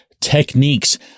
techniques